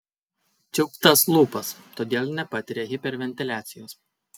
čiauptas lūpas todėl nepatiria hiperventiliacijos